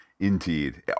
Indeed